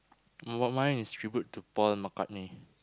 m~ mine is tribute to Paul-McCartney